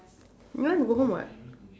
you want to go home [what]